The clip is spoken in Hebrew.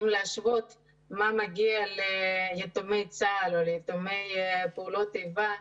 אם להשוות מה מגיע ליתומי צה"ל או ליתומי פעולות איבה,